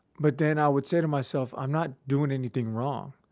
but then i would say to myself, i'm not doing anything wrong.